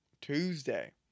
Tuesday